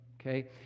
Okay